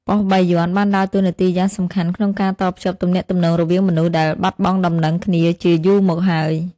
ប៉ុស្តិ៍បាយ័នបានដើរតួនាទីយ៉ាងសំខាន់ក្នុងការតភ្ជាប់ទំនាក់ទំនងរវាងមនុស្សដែលបាត់បង់ដំណឹងគ្នាជាយូរមកហើយ។